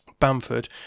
Bamford